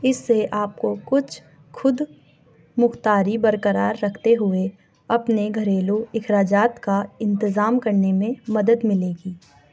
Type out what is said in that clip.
اس سے آپ کو کچھ خود مختاری برقرار رکھتے ہوئے اپنے گھریلو اخراجات کا انتظام کرنے میں مدد ملے گی